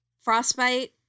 Frostbite